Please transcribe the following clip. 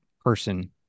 person